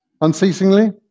Unceasingly